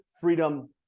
freedom